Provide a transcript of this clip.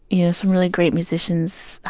you know, some really great musicians,